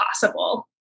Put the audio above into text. possible